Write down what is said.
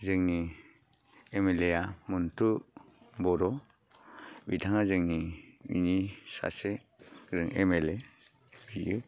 जोंनि M L A आ मन्टु बर' बिथाङा जोंनि बेनि सासे गोरों एम एल ए बियो